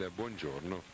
buongiorno